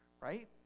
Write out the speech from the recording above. right